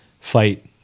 fight